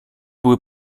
były